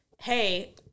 hey